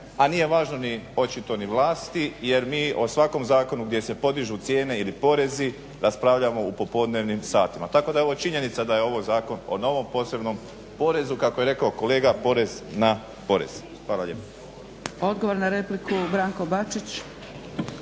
a nije važno ni očito ni vlasti jer mi o svakom zakonu gdje se podižu cijene ili porezi raspravljamo u popodnevnim satima, tako da je ovo činjenica da je ovo zakon o novom posebno porezu kako je rekao kolega porez na porez.